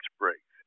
breaks